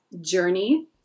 journey